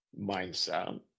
mindset